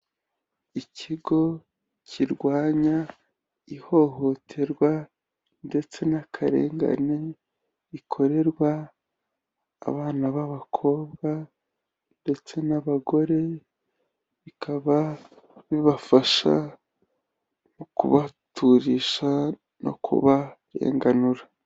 Ikigo kirwanya ihohoterwa ndetse n'akarengane bikorerwa abana b'abakobwa ndetse n'abagore, bikaba bibafasha mu kubaturisha no kubarenganura.